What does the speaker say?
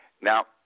Now